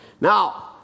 Now